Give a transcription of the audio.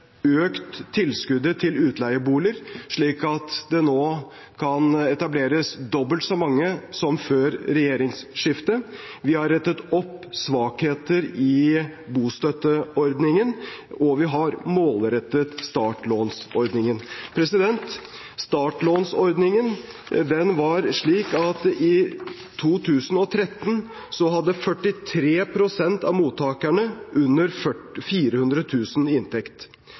økt tilskuddet til utleieboliger, slik at det nå kan etableres dobbelt så mange som før regjeringsskiftet. Vi har rettet opp svakheter i bostøtteordningen. Og vi har målrettet startlånsordningen. Startlånsordningen var slik at i 2013 hadde 43 pst. av mottakerne under 400 000 kr i inntekt.